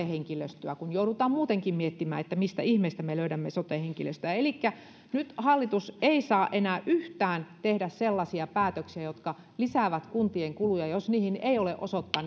henkilöstöä kun joudutaan muutenkin miettimään mistä ihmeestä me löydämme sote henkilöstöä elikkä nyt hallitus ei saa enää yhtään tehdä sellaisia päätöksiä jotka lisäävät kuntien kuluja jos niihin ei ole osoittaa